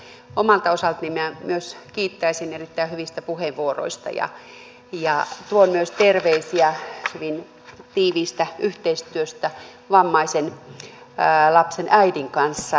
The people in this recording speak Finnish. myös minä omalta osaltani kiittäisin erittäin hyvistä puheenvuoroista ja tuon myös terveisiä oltuani hyvin tiiviissä yhteistyössä vammaisen lapsen äidin kanssa